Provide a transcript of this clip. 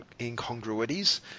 incongruities